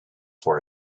for